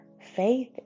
faith